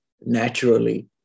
naturally